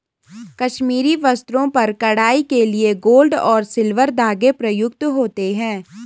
कश्मीरी वस्त्रों पर कढ़ाई के लिए गोल्ड और सिल्वर धागे प्रयुक्त होते हैं